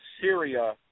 Syria